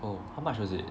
oh how much was it